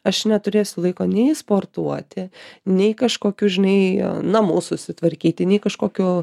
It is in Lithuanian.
aš neturėsiu laiko nei sportuoti nei kažkokių žinai namų susitvarkyti nei kažkokių